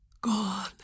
gone